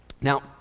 Now